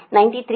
47